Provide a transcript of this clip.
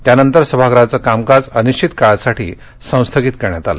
त्यानंतर सभागृहाचं कामकाज अनिश्वित काळासाठी संस्थगित करण्यात आलं